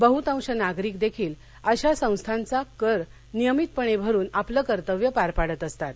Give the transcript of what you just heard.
बहृतांश नागरिक देखील अशा संस्थाचा कर नियमितपणे भरून आपले कर्तव्य पार पाडत असतात